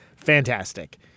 Fantastic